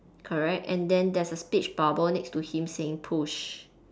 correct and then there's a speech bubble next to him saying push